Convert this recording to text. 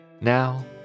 Now